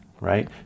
right